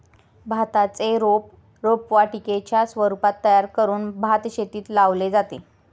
भाताचे रोप रोपवाटिकेच्या स्वरूपात तयार करून भातशेतीत लावले जाते